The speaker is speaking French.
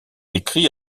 écrits